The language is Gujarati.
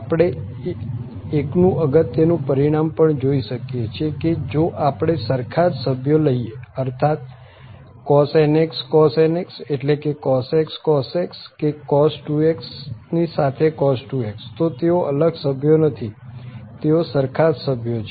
આપણે એક નું અગત્ય નું પરિણામ પણ જોઈ શકીએ છીએ કે જો આપણે સરખા જ સભ્યો લઈએ અર્થાત્ cos nx cos nx એટલે કે cos x cos x કે cos 2x ની સાથે cos 2x તો તેઓ અલગ સભ્યો નથી તેઓ સરખા જ સભ્યો છે